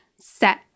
set